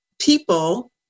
people